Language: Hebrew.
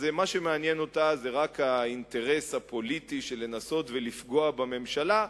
אז מה שמעניין אותה זה רק האינטרס הפוליטי של לנסות לפגוע בממשלה,